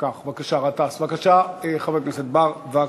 חבר הכנסת בר, בבקשה.